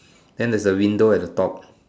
then there's a window at the top